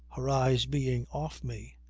her eyes being off me,